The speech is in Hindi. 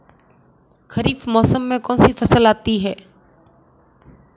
खरीफ मौसम में कौनसी फसल आती हैं?